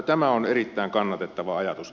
tämä on erittäin kannatettava ajatus